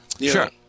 Sure